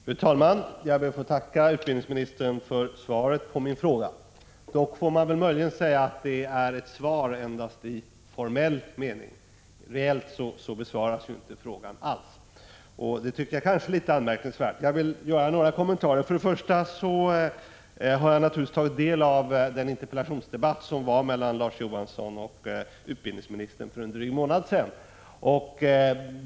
Fru talman! Jag ber att få tacka utbildningsministern för svaret på min fråga. Det är dock endast i formell mening ett svar — reellt besvaras frågan inte alls. Det är litet anmärkningsvärt, och jag vill göra några kommentarer. Jag har naturligtvis tagit del av interpellationsdebatten mellan Larz Johansson och utbildningsministern för en dryg månad sedan.